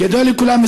כידוע לכולם,